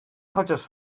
chociaż